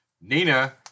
Nina